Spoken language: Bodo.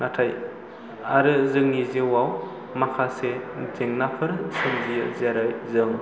नाथाय आरो जोंनि जिउआव माखासे जेंनाफोर सोमजियो जेरै जों